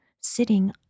sitting